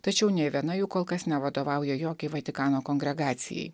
tačiau nė viena jų kol kas nevadovauja jokiai vatikano kongregacijai